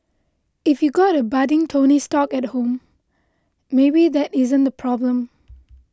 if you got a budding Tony Stark at home though maybe that isn't a problem